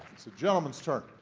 it's a gentleman's turn.